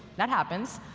that happens.